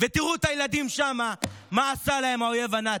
ותראו את הילדים שם, מה עשה להם האויב הנאצי.